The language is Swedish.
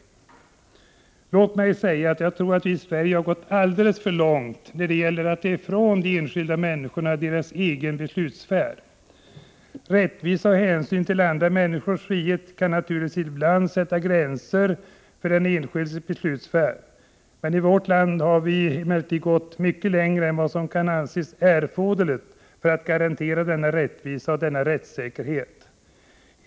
Låt mig säga att jag tror att vi i Sverige har gått alldeles för långt när det gäller att ta ifrån de enskilda människorna deras egen beslutssfär. Rättvisan och hänsynen till andra människors frihet kan naturligtvis ibland sätta gränser för den enskildes beslutssfär. I vårt land har vi emellertid gått mycket längre än vad som kan anses vara erforderligt för att garantera rättvisa och rättssäkerhet.